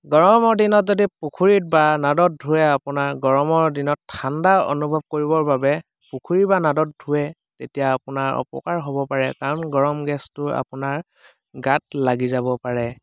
গৰমৰ দিনত যদি পুখুৰীত বা নাদত ধুৱে আপোনাৰ গৰমৰ দিনত ঠাণ্ডা অনুভৱ কৰিবৰ বাবে পুখুৰী বা নাদত ধুৱে তেতিয়া আপোনাৰ অপকাৰ হ'ব পাৰে কাৰণ গৰম গেছটো আপোনাৰ গাত লাগি যাব পাৰে